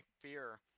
fear